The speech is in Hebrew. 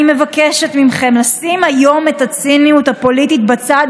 אני מבקשת מכם לשים היום את הציניות הפוליטית בצד